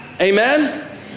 Amen